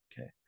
Okay